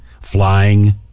flying